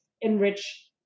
enrich